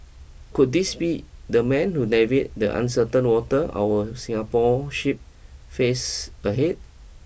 could this be the man to navy the uncertain waters our Singapore ship face ahead